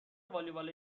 والیبال